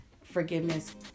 forgiveness